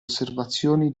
osservazioni